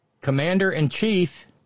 Commander-in-chief